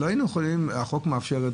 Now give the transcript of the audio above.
החוק מאפשר,